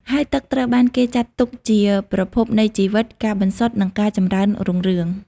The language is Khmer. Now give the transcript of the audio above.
ហើយទឹកត្រូវបានគេចាត់ទុកជា ប្រភពនៃជីវិត ការបន្សុទ្ធ និងការចម្រើនរុងរឿង។